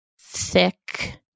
thick